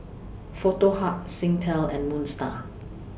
Foto Hub Singtel and Moon STAR